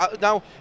Now